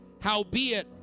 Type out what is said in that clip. Howbeit